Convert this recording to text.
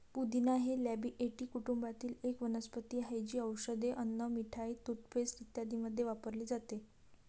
पुदिना हे लॅबिएटी कुटुंबातील एक वनस्पती आहे, जी औषधे, अन्न, मिठाई, टूथपेस्ट इत्यादींमध्ये वापरली जाते